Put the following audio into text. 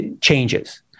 changes